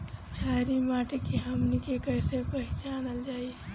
छारी माटी के हमनी के कैसे पहिचनल जाइ?